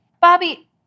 Bobby